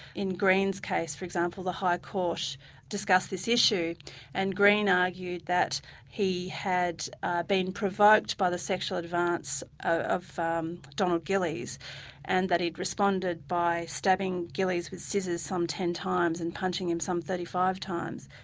in green's case for example, the high court discussed this issue and green argued that he had been provoked by the sexual advance of um donald gillies and that he'd responded by stabbing gillies with scissors some ten times and punching him some thirty five times,